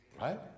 Right